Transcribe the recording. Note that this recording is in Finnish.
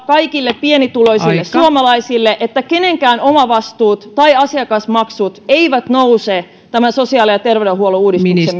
kaikille pienituloisille suomalaisille että kenenkään omavastuut tai asiakasmaksut eivät nouse tämän sosiaali ja terveydenhuollon uudistuksen